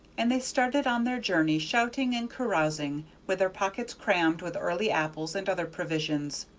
and they started on their journey shouting and carousing, with their pockets crammed with early apples and other provisions.